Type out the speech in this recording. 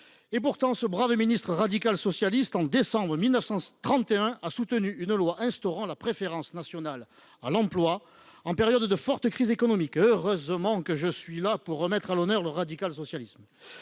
Pourtant, ce brave ministre radical socialiste a soutenu au mois de décembre 1931 une loi instaurant la préférence nationale à l’emploi en période de forte crise économique. Heureusement que je suis là pour remettre à l’honneur le radical socialisme